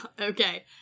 Okay